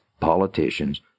politicians